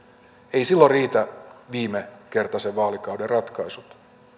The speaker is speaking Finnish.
eivät silloin riitä viimekertaisen vaalikauden ratkaisut